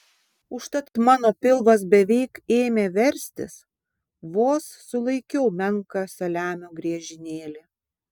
užtat mano pilvas beveik ėmė verstis vos sulaikiau menką saliamio griežinėlį